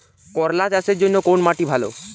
করলা চাষের জন্য কোন মাটি ভালো?